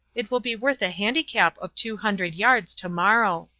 it will be worth a handicap of two hundred yards tomorrow.